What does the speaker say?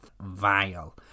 vile